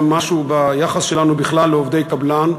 גם משהו ביחס שלנו בכלל לעובדי קבלן.